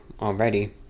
already